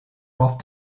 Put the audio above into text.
raft